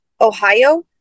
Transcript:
Ohio